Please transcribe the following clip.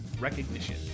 recognition